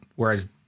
Whereas